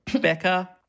Becca